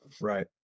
Right